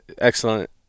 excellent